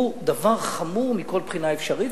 הוא דבר חמור מכל בחינה אפשרית,